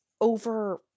over